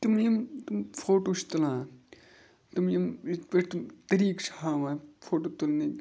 تِم یِم تِم فوٹو چھِ تُلان تِم یِم یِتھ پٲٹھۍ تِم طٔریٖقہٕ چھِ ہاوان فوٹو تُلنٕکۍ